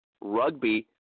rugby